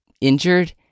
injured